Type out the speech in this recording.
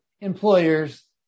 employers